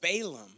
Balaam